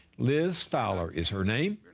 liz fowler is her name.